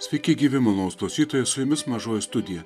sveiki gyvi malonūs klausytojai su jumis mažoji studija